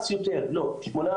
שנכנס יותר, 18,